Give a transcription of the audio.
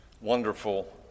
wonderful